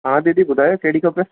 हा दीदी ॿुधायो कहिड़ी खपे